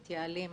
מתייעלים,